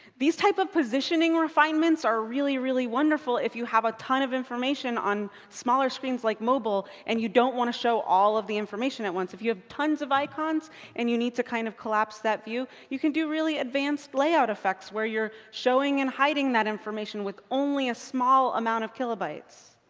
these types of positioning refinements are really, really wonderful if you have a ton of information on smaller screens like mobile, and you don't want to show all of the information at once. if you have tons of icons and you need to kind of collapse that view, you can do really advanced layout effects, where you're showing and hiding that information with only a small amount of kilobytes.